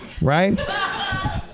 right